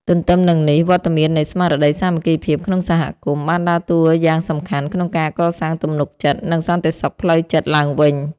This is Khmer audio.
ទន្ទឹមនឹងនេះ វត្តមាននៃស្មារតីសាមគ្គីភាពក្នុងសហគមន៍ បានដើរតួយ៉ាងសំខាន់ក្នុងការកសាងទំនុកចិត្ត និងសន្តិសុខផ្លូវចិត្តឡើងវិញ។